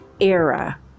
era